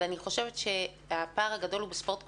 אבל אני חושבת שהפער הגדול הוא בספורט קבוצתי.